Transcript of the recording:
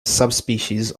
subspecies